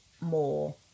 more